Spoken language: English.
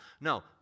No